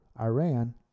Iran